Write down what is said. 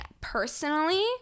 personally